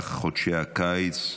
במהלך חודשי הקיץ.